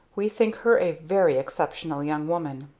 we think her a very exceptional young woman.